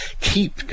Keep